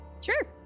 Sure